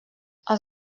els